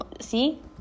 See